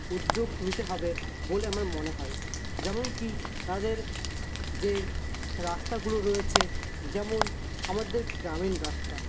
উদ্যোগ নিতে হবে বলে আমার মনে হয় যেমনকি তাদের যে রাস্তাগুলো রয়েছে যেমন আমাদের গ্রামীণ রাস্তা